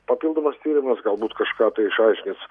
papildomas tyrymas galbūt kažką tai išaiškins